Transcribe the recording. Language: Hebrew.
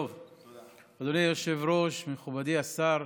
אדוני היושב-ראש, מכובדי השר,